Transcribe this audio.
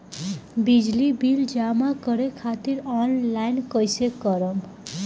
बिजली बिल जमा करे खातिर आनलाइन कइसे करम?